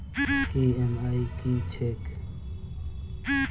EMI की छैक?